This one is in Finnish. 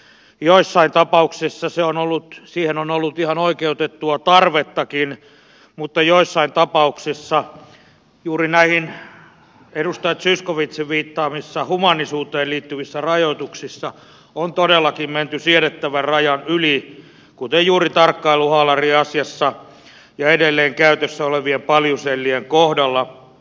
joissain tapauksissa siihen on ollut ihan oikeutettua tarvettakin mutta joissain tapauksissa juuri näissä edustaja zyskowiczin viittaamissa humaanisuuteen liittyvissä rajoituksissa on todellakin menty siedettävän rajan yli kuten tarkkailuhaalariasiassa ja edelleen käytössä olevien paljusellien kohdalla